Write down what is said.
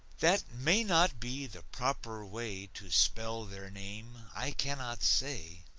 that may not be the proper way to spell their name i cannot say.